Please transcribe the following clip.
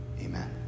Amen